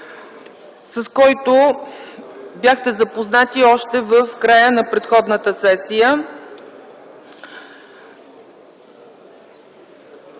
с който бяхте запознати още в края на предходната сесия.